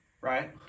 right